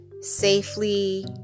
safely